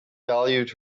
valued